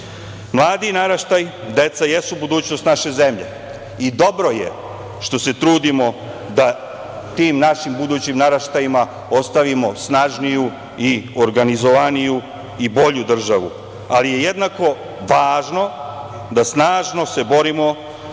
naraštaj, deca, jesu budućnost naše zemlje. Dobro je što se trudimo da tim našim budućim naraštajima ostavimo snažniju i organizovaniju i bolju državu, ali je jednako važno da se snažno borimo